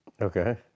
Okay